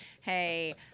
Hey